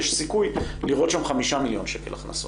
יש סיכוי לראות שם חמישה מיליון שקל הכנסות.